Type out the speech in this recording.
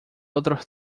otros